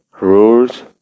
rules